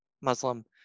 Muslim